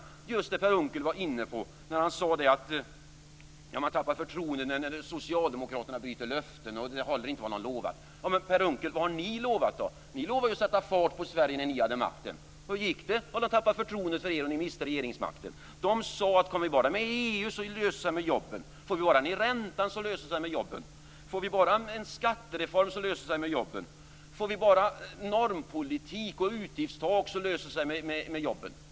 Det gäller det Per Unckel var inne på när han sade att man tappar förtroendet när socialdemokraterna bryter löften och inte håller vad de lovar. Men, Per Unckel, vad har ni lovat? Ni lovade att sätta fart på Sverige när ni hade makten. Hur gick det? Väljarna tappade förtroendet för er och ni miste regeringsmakten. Ni sade: Kommer vi bara med i EU löser det sig med jobben. Får vi bara ned räntan löser det sig med jobben. Får vi bara en skattereform löser det sig med jobben. Får vi bara normpolitik och utgiftstak löser det sig med jobben.